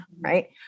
right